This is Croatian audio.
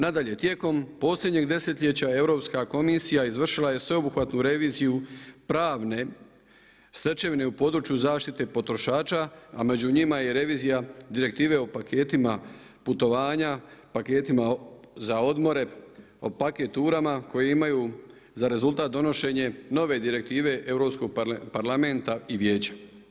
Nadalje, tijekom posljednjih desetljeća Europska komisija izvršila je sveobuhvatnu razviju pravne stečevine u području zaštite potrošača, a među njima je i revizija Direktive o paketima putovanja, paketima za odmore, paketurama koje imaju za rezultat donošenje nove direktive Europskog parlamenta i Vijeća.